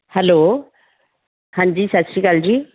hello ਹਾਂਜੀ ਸਤਿ ਸ਼੍ਰੀ ਅਕਾਲ ਜੀ